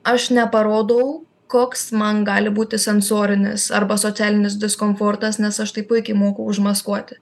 aš neparodau koks man gali būti sensorinis arba socialinis diskomfortas nes aš tai puikiai moku užmaskuoti